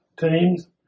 teams